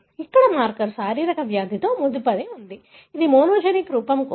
ఇక్కడ మార్కర్ శారీరకంగా వ్యాధితో ముడిపడి ఉంది అది మోనోజెనిక్ రూపం కోసం